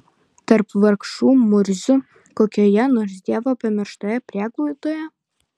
tarp vargšų murzių kokioje nors dievo pamirštoje prieglaudoje